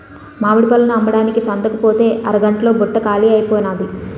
మామిడి పళ్ళను అమ్మడానికి సంతకుపోతే అరగంట్లో బుట్ట కాలీ అయిపోనాది